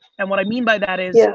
and what i mean by that is, yeah